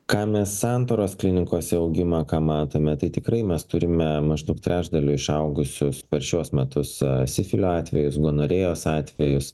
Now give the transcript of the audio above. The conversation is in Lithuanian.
ką mes santaros klinikose augimą ką matome tai tikrai mes turime maždaug trečdaliu išaugusius per šiuos metus sifilio atvejus gonorėjos atvejus